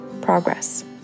progress